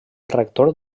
rector